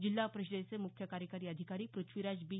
जिल्हा परिषदेचे मुख्य कार्यकारी अधिकारी प्रथ्वीराज बी